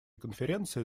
конференции